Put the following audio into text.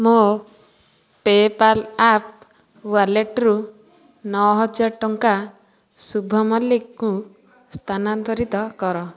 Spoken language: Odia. ମୋ ପେପାଲ୍ ଆପ୍ ୱାଲେଟ୍ରୁ ନଅ ହଜାର ଟଙ୍କା ଶୁଭ ମଲ୍ଲିକଙ୍କୁ ସ୍ଥାନାନ୍ତରିତ କର